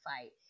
fight